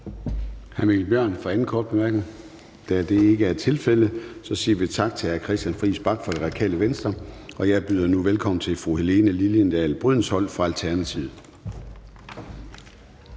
Mikkel Bjørn for sin anden korte bemærkning? Da det ikke er tilfældet, siger vi tak til hr. Christian Friis Bach fra Radikale Venstre, og jeg byder nu velkommen til fru Helene Liliendahl Brydensholt for Alternativet.